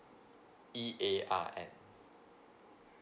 E A R N